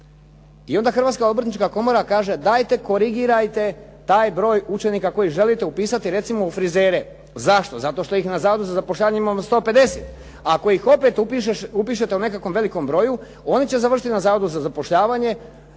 I onda Hrvatska obrtnička komora kaže, dajte korigirajte taj broj učenika koji želite upisati recimo u frizere. Zašto? Zato što ih na zavodu za zapošljavanje imamo 150. Ako ih opet upišete u nekakvom velikom broju oni će završiti na Zavodu za zapošljavanje.